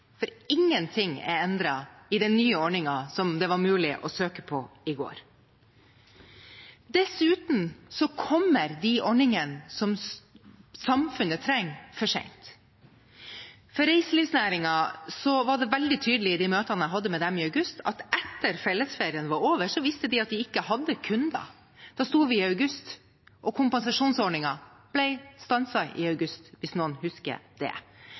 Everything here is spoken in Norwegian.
for ingenting er endret i den nye ordningen som det var mulig å søke på i går. Dessuten kommer de ordningene som samfunnet trenger, for sent. I de møtene jeg hadde med reiselivsnæringen i august, var det veldig tydelig at de visste at etter at fellesferien var over, hadde de ikke kunder. Da sto vi i august. Og kompensasjonsordningen ble stanset i august – hvis noen husker det.